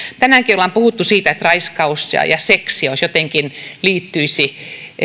tänäänkin ollaan puhuttu siitä että raiskaus ja ja seksi jotenkin liittyisivät